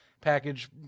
package